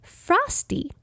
frosty